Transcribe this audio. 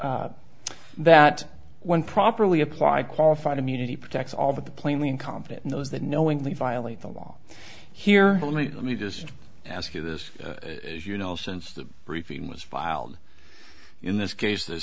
stated that when properly applied qualified immunity protects all the plainly incompetent and those that knowingly violate the law here only let me just ask you this as you know since the briefing was filed in this case the